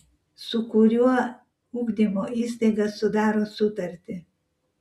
su kuriuo ugdymo įstaiga sudaro sutartį